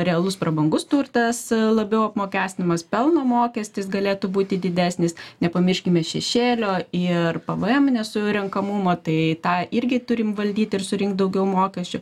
realus prabangus turtas labiau apmokestinamas pelno mokestis galėtų būti didesnis nepamirškime šešėlio ir pvm nesurenkamo tai tą irgi turim valdyt ir surinkt daugiau mokesčių